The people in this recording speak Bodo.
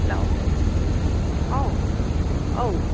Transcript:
हेल' औ औ